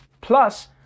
Plus